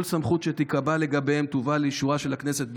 כל סמכות שתיקבע לגביהם תובא לאישורה של הכנסת,